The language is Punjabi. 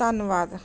ਧੰਨਵਾਦ